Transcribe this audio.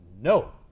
no